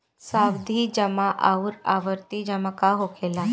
सावधि जमा आउर आवर्ती जमा का होखेला?